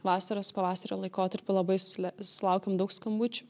vasaros pavasario laikotarpiu labai susilia susilaukiam daug skambučių